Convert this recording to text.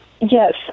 yes